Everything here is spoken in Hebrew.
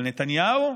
אבל נתניהו?